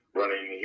running